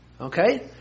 okay